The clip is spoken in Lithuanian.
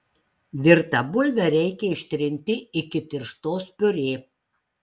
virtą bulvę reikia ištrinti iki tirštos piurė